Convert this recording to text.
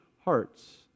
hearts